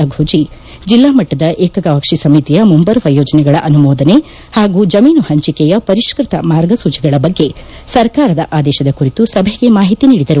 ರಫೋಜಿ ಜಿಲ್ಲಾ ಮಟ್ಟದ ಏಕಗವಾಕ್ಷಿ ಸಮಿತಿಯ ಮುಂಬರುವ ಯೋಜನೆಗಳ ಅನುಮೋದನೆ ಹಾಗೂ ಜಮೀನು ಹಂಚಿಕೆಯ ಪರಿಷ್ನತ ಮಾರ್ಗಸೂಚಿಗಳ ಬಗ್ಗೆ ಸರ್ಕಾರದ ಆದೇಶದ ಕುರಿತು ಸಭೆಗೆ ಮಾಹಿತಿ ನೀಡಿದರು